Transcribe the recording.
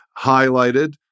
highlighted